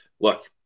look